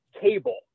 cable